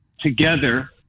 together